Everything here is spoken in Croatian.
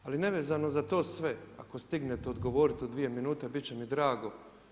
Ali nevezano za to sve, ako stignete odgovoriti u dvije minute bit će mi drago.